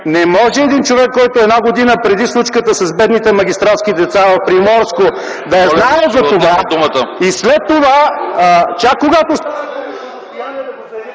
Не може един човек, който една година преди случката с бедните магистратски деца в Приморско да е знаел за това...